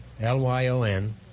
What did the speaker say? L-Y-O-N